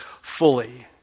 fully